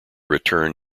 return